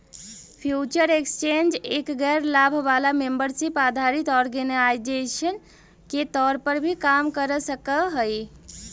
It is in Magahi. फ्यूचर एक्सचेंज एक गैर लाभ वाला मेंबरशिप आधारित ऑर्गेनाइजेशन के तौर पर भी काम कर सकऽ हइ